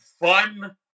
fun